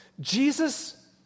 Jesus